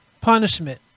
punishment